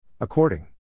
According